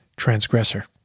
transgressor